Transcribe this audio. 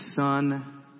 son